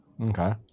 okay